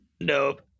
nope